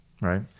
right